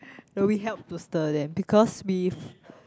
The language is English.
so we helped to stir them because we